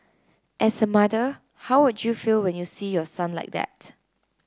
as a mother how would you feel when you see your son like that